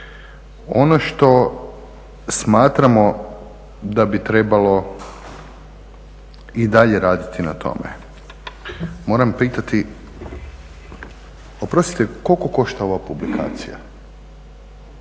Ono što smatramo da bi trebalo i dalje raditi na tome, moram pitati oprostite koliko košta ova publikacija?